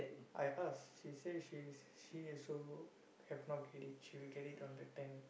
I ask she say she is she also have not get it she will get it on the tenth